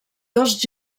dos